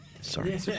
Sorry